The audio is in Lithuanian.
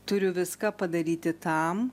turiu viską padaryti tam